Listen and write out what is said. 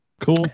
Cool